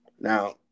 Now